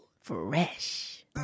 Fresh